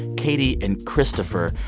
katie and christopher.